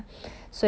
but then how